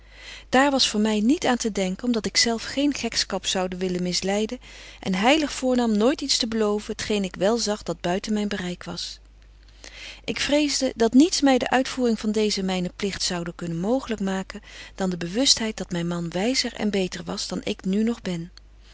daar was voor my niet aan te denken om dat ik zelf geen gekskap zoude willen misleiden en heilig voornam nooit iets te beloven t geen ik wel zag dat buiten myn bereik was ik vreesde dat niets my de uitvoering van deezen mynen pligt zoude kunnen mooglyk maken dan de bewustheid dat myn man wyzer en beter was dan ik nu nog ben